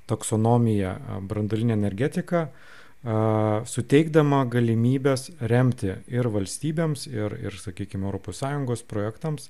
taksonomiją branduolinę energetiką a suteikdama galimybes remti ir valstybėms ir ir sakykim europos sąjungos projektams